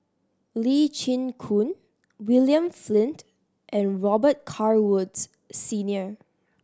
Lee Chin Koon William Flint and Robet Carr Woods Senior